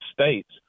States